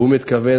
הוא מתכוון,